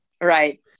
Right